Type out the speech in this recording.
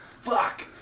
Fuck